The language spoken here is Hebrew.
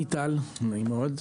אני טל, נעים מאוד.